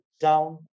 down